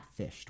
catfished